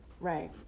right